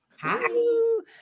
hi